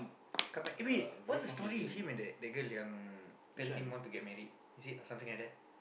come back eh wait what's the story with him and that the girl yang tell him want to get married is it or something like that